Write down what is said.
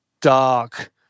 dark